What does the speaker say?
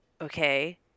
okay